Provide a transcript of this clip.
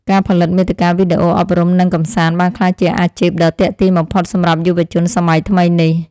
ការផលិតមាតិកាវីដេអូអប់រំនិងកម្សាន្តបានក្លាយជាអាជីពដ៏ទាក់ទាញបំផុតសម្រាប់យុវជនសម័យថ្មីនេះ។